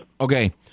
Okay